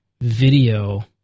video